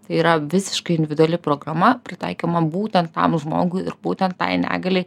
tai yra visiškai individuali programa pritaikoma būtent tam žmogui ir būtent tai negalei